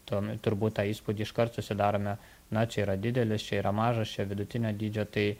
tom turbūt tą įspūdį iškart susidarome na čia yra didelis čia yra mažas čia vidutinio dydžio tai